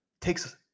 takes